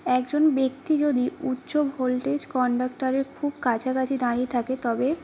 একজন ব্যক্তি যদি উচ্চ ভোল্টেজ কন্ডাক্টরের খুব কাছাকাছি দাঁড়িয়ে থাকে তবে